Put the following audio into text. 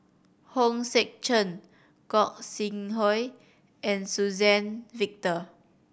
Hong Sek Chern Gog Sing Hooi and Suzann Victor